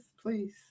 Please